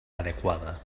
adequada